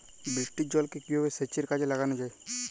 বৃষ্টির জলকে কিভাবে সেচের কাজে লাগানো যায়?